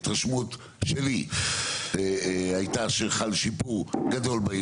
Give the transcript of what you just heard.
התרשמות שלי הייתה שחל שיפור גדול בעיר.